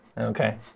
Okay